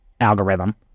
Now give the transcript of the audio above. algorithm